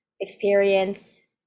experience